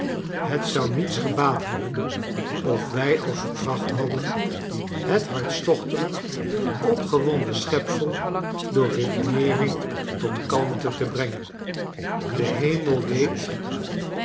het zou niets gebaat hebben of wij al getracht hadden het hartstochtelijk opgewonden schepsel door redeneering tot kalmte te brengen de ilemel weet